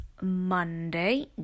Monday